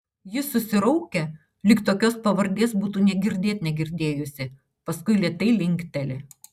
ji susiraukia lyg tokios pavardės būtų nė girdėt negirdėjusi paskui lėtai linkteli